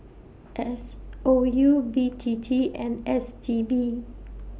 S O U B T T and S T B